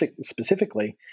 specifically